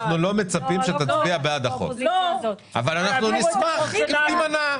אנחנו לא מצפים שתצביע בעד החוק אבל אנחנו נשמח אם תימנע.